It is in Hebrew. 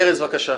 ארז, בבקשה.